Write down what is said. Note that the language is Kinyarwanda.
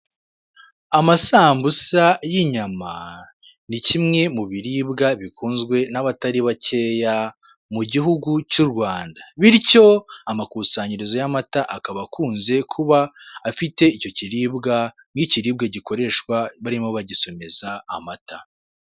Amasambusa y'inyama ni kimwe mu biribwa bikunzwe n'abatari bakeya mu gihugu cy'u Rwanda, bityo amakusanyirizo y'amata akaba akunze kuba afite icyo kiribwa nk'ikiribwa gikoreshwa barimo bagisomeza amata.